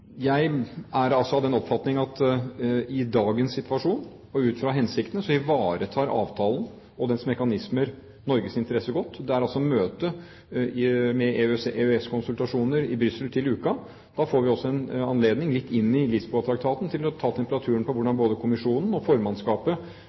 Jeg er av den oppfatning at i dagens situasjon og ut fra hensikten ivaretar avtalen og dens mekanismer Norges interesser godt. Det er møte med EØS-konsultasjoner i Brussel til uken. Da får vi også en anledning, litt inn i Lisboa-traktaten, til å ta temperaturen på hvordan